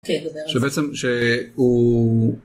שבעצם שהוא...